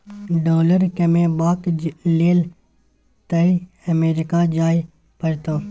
dollar कमेबाक लेल तए अमरीका जाय परतौ